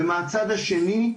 ומהצד השני,